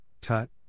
tut